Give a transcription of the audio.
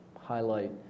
highlight